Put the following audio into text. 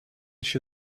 się